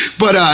but,